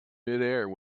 midair